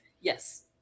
yes